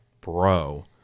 bro